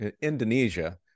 Indonesia